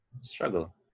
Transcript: Struggle